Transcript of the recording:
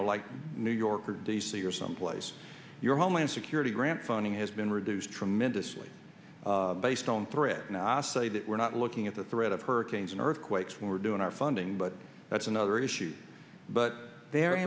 know like new york or d c or someplace your homeland security grant funding has been reduced tremendously based on threat and i say that we're not looking at the threat of hurricanes and earthquakes we're doing our funding but that's another issue but very